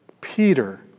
Peter